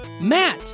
Matt